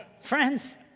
friends